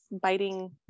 biting